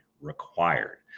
required